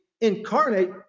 incarnate